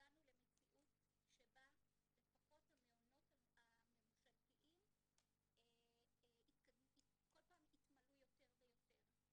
הגענו למציאות שבה לפחות המעונות הממשלתיים כל פעם התמלאו יותר ויותר.